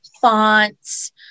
fonts